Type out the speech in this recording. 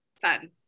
fun